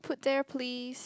put there please